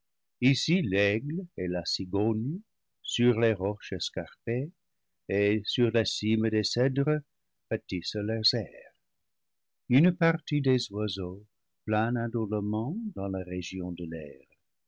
ici l'aigle et la cigogne sur les roches escarpées et sur la cime des cèdres bâtissent leurs aires une partie des oiseaux plane indolemment dans la région de l'air